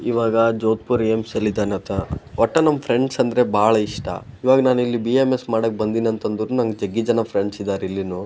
ಇವಾಗ ಜೋದ್ಪುರ್ ಏಮ್ಸಲ್ಲಿ ಇದ್ದಾನೆ ಆತ ಒಟ್ಟು ನಮ್ಮ ಫ್ರೆಂಡ್ಸ್ ಅಂದರೆ ಭಾಳ ಇಷ್ಟ ಇವಾಗ ನಾನಿಲ್ಲಿ ಬಿ ಎಂ ಎಸ್ ಮಾಡಕೆ ಬಂದಿನಿ ಅಂತಂದರೂ ನಂಗೆ ಜಗ್ಗಿ ಜನ ಫ್ರೆಂಡ್ಸ್ ಇದ್ದಾರೆ ಇಲ್ಲಿನೂ